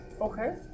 Okay